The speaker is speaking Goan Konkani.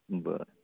ब